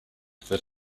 that